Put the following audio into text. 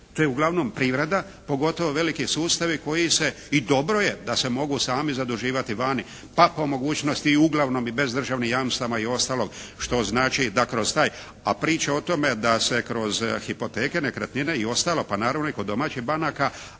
To je uglavnom privreda. Pogotovo veliki sustavi koji se, i dobro je da se mogu sami zaduživati vani, pa mogućnosti i uglavnom bez državnih jamstava i ostalog, što znači da kroz taj, a priča o tome da se kroz hipoteke, nekretnine i ostalo pa naravno i kod domaćih banka,